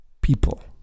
people